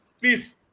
Please